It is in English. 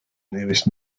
nearest